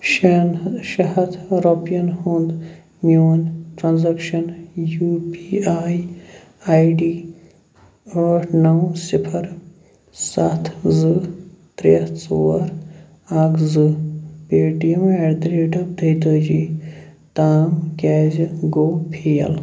شٮ۪ن شےٚ ہتھ رۄپِیَن ہُنٛد میٛون transaction U P I I D ٲٹھ نو صِفَر ستھ زٕ ترٛےٚ ژور اکھ زٕ Paytm at the rate of تیٚتٲجی تام کیٛازِ گوٚو فیل